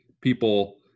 people